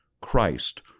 Christ